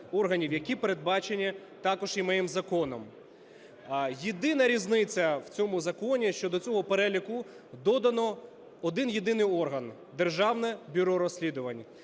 які передбачені також і моїм законом. Єдина різниця в цьому законі, що до цього переліку додано один єдиний орган – Державне бюро розслідувань.